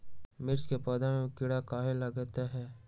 मिर्च के पौधा में किरा कहे लगतहै?